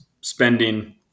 spending